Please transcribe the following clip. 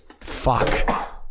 Fuck